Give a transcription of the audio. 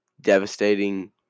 devastating